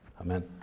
Amen